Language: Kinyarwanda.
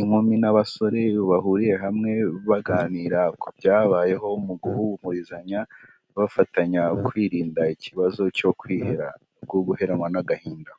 inkumi n'abasore, bahuriye hamwe baganira ku byabayeho mu guhumurizanya, bafatanya kwirinda ikibazo cyo kwiheba no guheranwa n'agahinda.